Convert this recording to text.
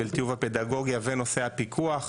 של טיוב הפדגוגיה ונושא הפיקוח.